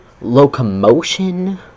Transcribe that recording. Locomotion